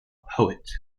poet